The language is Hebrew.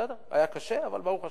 בסדר, היה קשה, אבל ברוך השם.